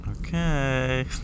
Okay